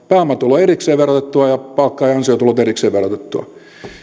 pääomatulo erikseen verotettua ja palkka ja ansiotulot erikseen verotettua